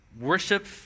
worship